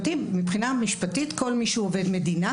מבחינה משפטית, כל מי שהוא עובד מדינה,